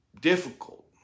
difficult